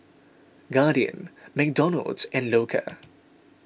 Guardian McDonald's and Loacker